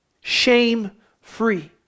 shame-free